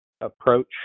approach